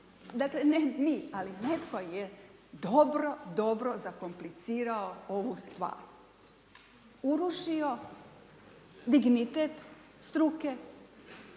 dakle ne mi, ali netko je dobro, dobro zakomplicirao ovu stvar. Urušio dignitet struke,